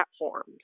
platforms